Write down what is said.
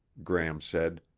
gram said,